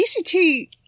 ECT